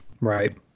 Right